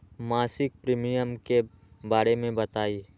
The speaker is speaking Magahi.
मासिक प्रीमियम के बारे मे बताई?